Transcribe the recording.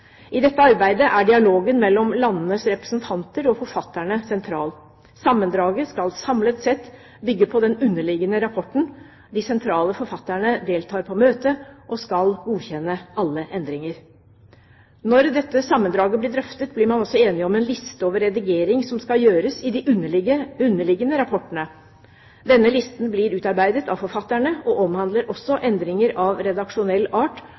I dette arbeidet er dialogen mellom landenes representanter og forfatterne sentral. Sammendraget skal samlet sett bygge på den underliggende rapporten. De sentrale forfatterne deltar på møtet og skal godkjenne alle endringer. Når dette sammendraget blir drøftet, blir man også enig om en liste over redigering som skal gjøres i de underliggende rapportene. Denne listen blir utarbeidet av forfatterne og omhandler også endringer av redaksjonell art